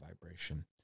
vibration